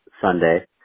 Sunday